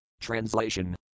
Translation